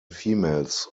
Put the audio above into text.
females